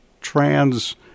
trans